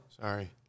Sorry